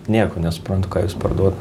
nieko nesuprantu ką jūs parduodat